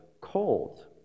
cold